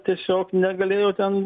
tiesiog negalėjo ten